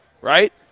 right